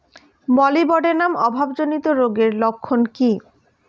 Molybdenum অভাবজনিত রোগের লক্ষণ কি কি?